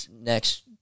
next